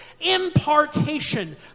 impartation